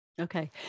Okay